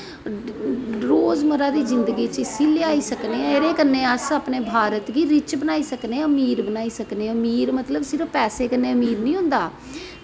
रोजमरा दी जिन्दगी च अस इसी लेआई सकनें कन्नैं अस अपनेंभारत गी रिच्च बनाई सकनें अमीर बनाई सकनें मीर सिर्फ मतलव पैसे कन्नैं अमीर नी होंदा